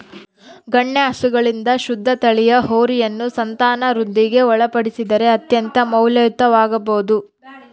ಗಣ್ಯ ಹಸುಗಳಿಂದ ಶುದ್ಧ ತಳಿಯ ಹೋರಿಯನ್ನು ಸಂತಾನವೃದ್ಧಿಗೆ ಒಳಪಡಿಸಿದರೆ ಅತ್ಯಂತ ಮೌಲ್ಯಯುತವಾಗಬೊದು